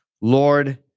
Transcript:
Lord